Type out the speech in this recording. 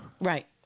right